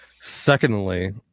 Secondly